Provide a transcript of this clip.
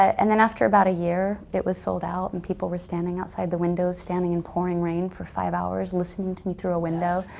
and then after about a year, it was sold out. and people were standing outside the window, standing in pouring rain for five hours listening to me through a window.